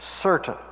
certain